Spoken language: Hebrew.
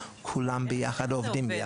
שכולם עובדים ביחד.